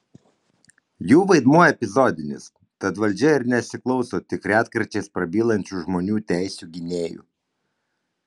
jų vaidmuo epizodinis tad valdžia ir nesiklauso tik retkarčiais prabylančių žmonių teisių gynėjų